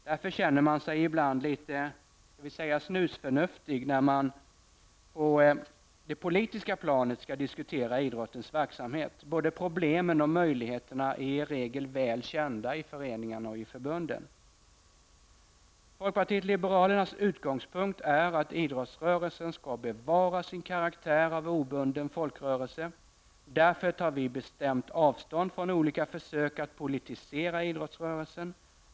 Därför känner man sig ibland litet snusförnuftig när man på det politiska planet skall diskutera idrottens verksamhet. Både problemen och möjligheterna är i regel väl kända i föreningarna och förbunden. Folkpartiet liberalernas utgångspunkt är att idrottsrörelsen skall bevara sin karaktär av obunden folkrörelse. Därför tar vi bestämt avstånd från olika försök att politisera idrottsrörelsen.